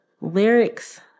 lyrics